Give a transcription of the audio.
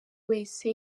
wese